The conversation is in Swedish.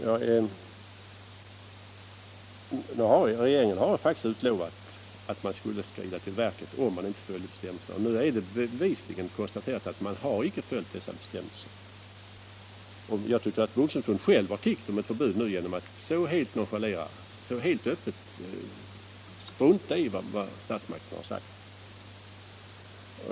Regeringen har faktiskt lovat att den skulle skrida till verket om bestämmelserna inte följdes. Nu är det konstaterat att bestämmelserna inte har följts. Jag tycker att Boxningsförbundet har tiggt om ett förbud genom att öppet strunta i vad statsmakterna har sagt.